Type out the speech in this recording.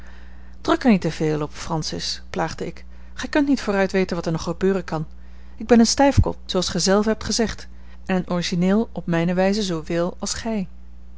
er niet te veel op francis plaagde ik gij kunt niet vooruit weten wat er nog gebeuren kan ik ben een stijfkop zooals gij zelve hebt gezegd en een origineel op mijne wijze zoowel als gij